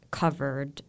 covered